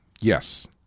Yes